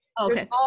okay